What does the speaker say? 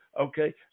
Okay